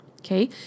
Okay